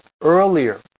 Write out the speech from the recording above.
earlier